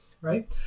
Right